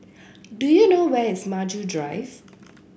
do you know where is Maju Drive